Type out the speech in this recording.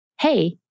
Hey